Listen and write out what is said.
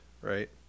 right